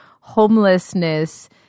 homelessness